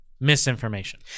misinformation